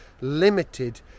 limited